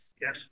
Yes